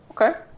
Okay